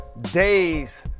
days